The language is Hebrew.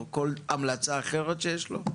או כל המלצה אחרת שיש לו?